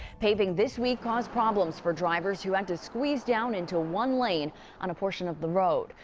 paving this week caused problems for drivers who had to squeeze down and to one lane on a portion of the road.